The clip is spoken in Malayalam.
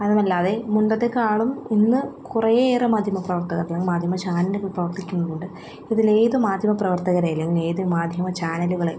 അതുമല്ലാതെ മുൻപത്തെക്കാളും ഇന്ന് കുറേ ഏറെ മാധ്യമ പ്രവർത്തകർ അല്ലെങ്കിൽ മാധ്യമ ചാനലുകൾ പ്രവർത്തിക്കുന്നുമുണ്ട് ഇതിൽ ഏത് മാധ്യമ പ്രവർത്തകരെ അല്ലെങ്കിൽ ഏത് മാധ്യമ ചാനലുകളെ